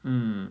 mm